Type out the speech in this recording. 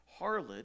harlot